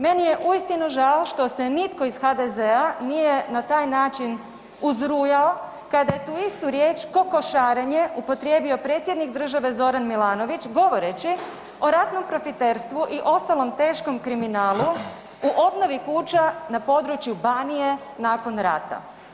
Meni je uistinu žao što se nitko iz HDZ-a nije na taj način uzrujao kada je tu istu riječ „kokošarenje“ upotrijebio predsjednik države Zoran Milanović govoreći o ratnom profiterstvu i ostalom teškom kriminalu, o obnovi kuća na području Banije nakon rata.